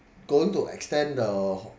going to extend the